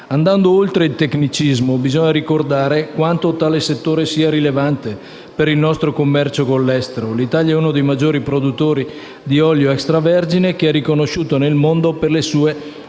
Andando oltre il tecnicismo, bisogna inoltre ricordare quanto tale settore sia rilevante per il nostro commercio con l'estero. L'Italia è uno dei maggiori produttori di olio extravergine, riconosciuto nel mondo per le sue particolari